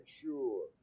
sure